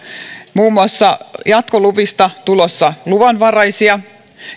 muun muassa jatkoluvista tulossa luvanvaraisia